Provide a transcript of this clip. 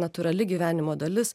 natūrali gyvenimo dalis